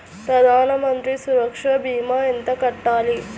ప్రధాన మంత్రి సురక్ష భీమా ఎంత కట్టాలి?